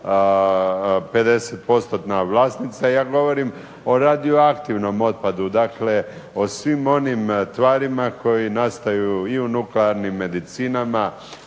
vlasnica, ja govorim o radioaktivnom otpadu, dakle o svim onim tvarima koji nastaju i u nuklearnim medicinama,